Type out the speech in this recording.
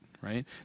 right